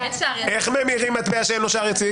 איך ממירים מטבע שאין לו שער יציג?